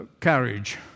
carriage